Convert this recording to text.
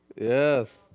Yes